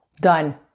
Done